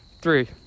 three